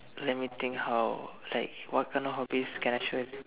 let me think how like what kind of hobbies can I show